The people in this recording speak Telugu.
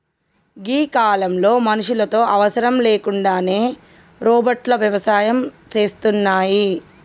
గీ కాలంలో మనుషులతో అవసరం లేకుండానే రోబోట్లు వ్యవసాయం సేస్తున్నాయి